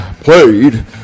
played